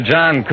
John